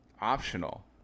Optional